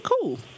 cool